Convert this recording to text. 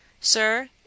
sir